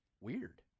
Weird